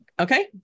Okay